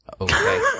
Okay